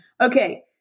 Okay